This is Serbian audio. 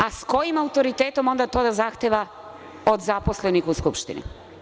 A sa kojim autoritetom onda to zahteva od zaposlenih u Skupštini?